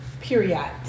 Period